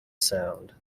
sound